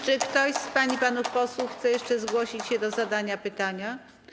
Czy ktoś z pań i panów posłów chce jeszcze zgłosić się do zadania pytania?